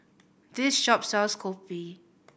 this shop sells Kopi